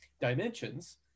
dimensions